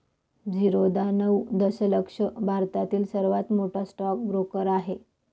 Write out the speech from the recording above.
झिरोधा नऊ दशलक्ष भारतातील सर्वात मोठा स्टॉक ब्रोकर आहे